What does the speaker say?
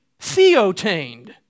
theotained